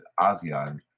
ASEAN